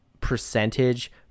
percentage